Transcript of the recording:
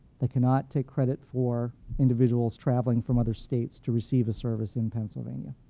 they cannot take credit for individuals traveling from other states to receive a service in pennsylvania.